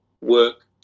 work